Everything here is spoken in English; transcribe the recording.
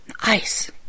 ice